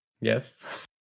Yes